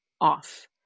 off